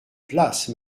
place